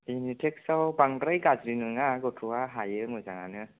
इनिटेस्टआव बांद्राय गाज्रि नङा गथ'आ हायो मोजाङानो